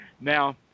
Now